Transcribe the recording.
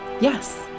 Yes